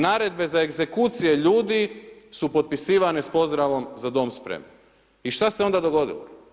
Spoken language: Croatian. Naredbe za egzekucije ljudi su potpisivane s pozdravom Za dom spremni, i što se onda dogodilo?